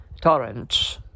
Torrents